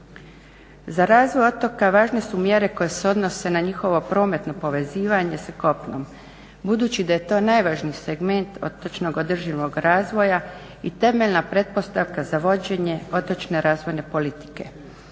Za razvoj otoka važne su mjere koje se odnose na njihovo prometno povezivanje sa kopnom. Budući da je to najvažniji segment otočnog održivog razvoja i temeljna pretpostavka za vođenje otočne razvojne politike.